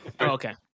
Okay